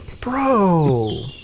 Bro